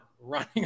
running